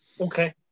Okay